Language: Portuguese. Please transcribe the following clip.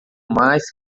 mais